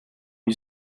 you